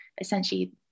essentially